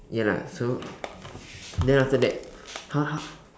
ya lah so then after that how how